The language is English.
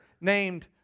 named